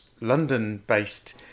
London-based